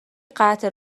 قطع